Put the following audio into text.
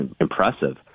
impressive